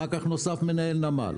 אחר כך נוסף מנהל נמל,